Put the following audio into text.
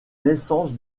naissance